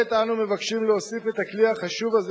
כעת אנחנו מבקשים להוסיף את הכלי החשוב הזה